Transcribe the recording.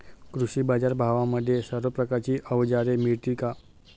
कृषी बाजारांमध्ये सर्व प्रकारची अवजारे मिळतील का?